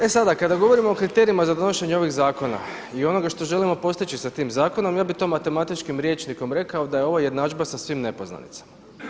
E sada, kada govorimo o kriterijima za donošenje ovih zakona i onoga što želimo postići sa tim zakonom, ja bih to matematičkim rječnikom rekao da je ovo jednadžba sa svim nepoznanicama.